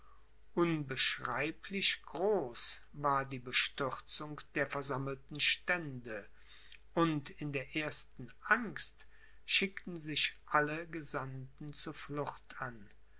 unbeschreiblich groß war die bestürzung der versammelten stände und in der ersten angst schickten sich alle gesandten zur flucht an